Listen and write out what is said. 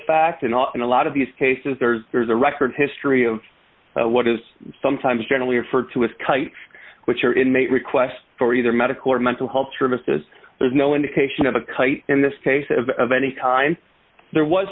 fact and often a lot of these cases there's there's a record history of what is sometimes generally referred to as kite which are inmate requests for either medical or mental health services there's no indication of a kite in this case of any time there was